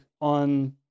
on